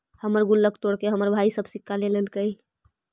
हमर गुल्लक तोड़के हमर भाई सब सिक्का ले लेलके